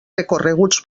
recorreguts